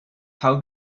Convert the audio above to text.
how